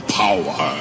power